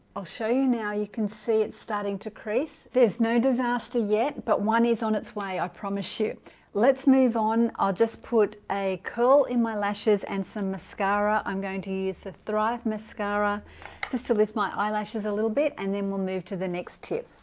i'll show you now you can see it's starting to crease there's no disaster yet but one is on its way i promise you let's move on i'll just put a curl in my lashes and some mascara i'm going to use the thrive mascara just to lift my eyelashes a little bit and then we'll move to the next tip